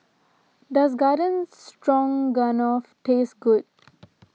does Garden Stroganoff taste good